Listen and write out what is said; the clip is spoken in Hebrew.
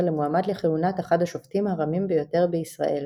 למועמד לכהונת אחד השופטים הרמים ביותר בישראל,